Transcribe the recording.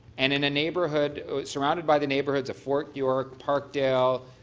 and in a neighborhood surrounded by the neighborhoods of fort york, parkdale,